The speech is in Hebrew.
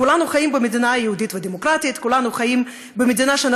כולנו חיים במדינה יהודית ודמוקרטית,